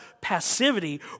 passivity